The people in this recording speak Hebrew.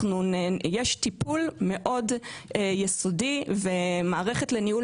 יש טיפול מאוד יסודי ומערכת לניהול